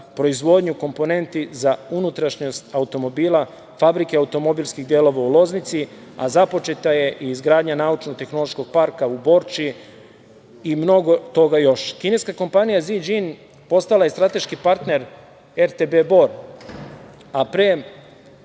proizvodnju komponenti za unutrašnjost automobila fabrike automobilskih delova u Loznici, a započeta je izgradnja i Naučno-tehnološkog parka u Borči i mnogo toga još. Kineska kompanija „Ziđin“ postala je strateški partner RTB Bor, a pre